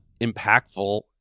impactful